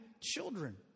children